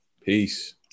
Peace